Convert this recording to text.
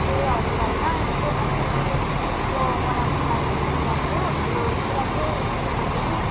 ए हजुर होइन यस्तो अलिकति उसको पढाइको बारेमा कुरा थियो कुरा चाहिँ के भने